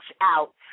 out